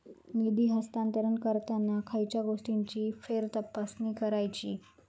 निधी हस्तांतरण करताना खयच्या गोष्टींची फेरतपासणी करायची?